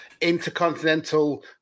Intercontinental